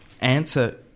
answer